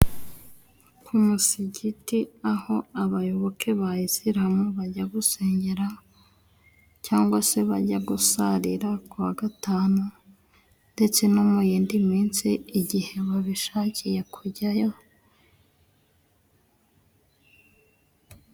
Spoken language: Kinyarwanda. Ku musigiti aho abayoboke ba isilamu bajya gusengera cyangwa se bajya gusarira, kuwa Gatanu ndetse no mu yindi minsi igihe babishakiye kujyayo.